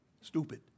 stupid